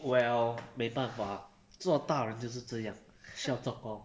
well 没办法做大人就是这样需要做工